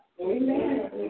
Amen